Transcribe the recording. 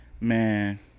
Man